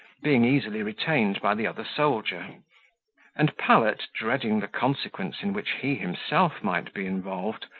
being easily retained by the other soldier and pallet, dreading the consequence in which he himself might be involved,